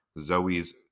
Zoe's